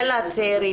של הצעירים,